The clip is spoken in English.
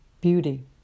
beauty